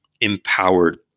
empowered